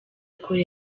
kure